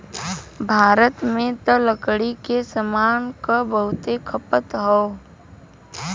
भारत में त लकड़ी के सामान क बहुते खपत हौ